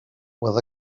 with